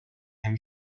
einem